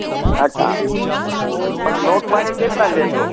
અચ્છા પણ નોટ પાણી કેટલા લેશો